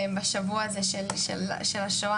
בשבוע הזה של השואה,